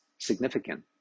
Significant